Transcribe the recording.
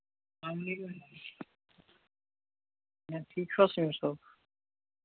سَلام علیکُم کیٛاہ ٹھیٖک چھُو حظ ساحِل صٲب